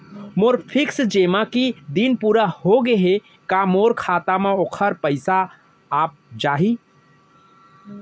मोर fix जेमा के दिन पूरा होगे हे का मोर खाता म वोखर पइसा आप जाही?